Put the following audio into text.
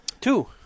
two